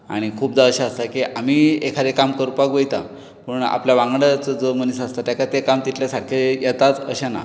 आनी खूबदां अशें आसता आमी एखादें काम करपाक वयता पूण आपले वांगडा जो मनीस आसता ताका तें काम सारकें येताच अशें ना